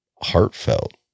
heartfelt